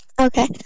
Okay